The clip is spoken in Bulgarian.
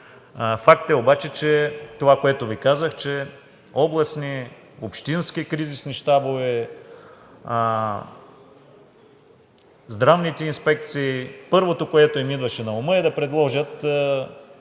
Факт е това, което Ви казах, че областни, общински кризисни щабове, здравните инспекции, първото, което им идваше на ума, е да предложат